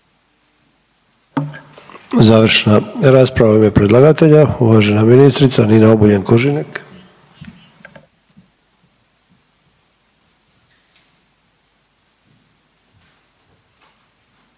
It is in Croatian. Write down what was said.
Završna rasprava u ime predlagatelja, uvažena ministrica Nina Obuljen Koržinek.